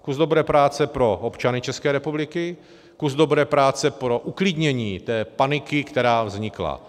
Kus dobré práce pro občany České republiky, kus dobré práce pro uklidnění té paniky, která vznikla.